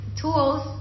tools